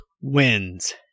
wins